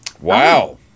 Wow